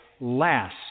last